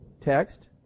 text